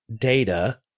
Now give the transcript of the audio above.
data